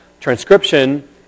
transcription